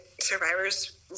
survivors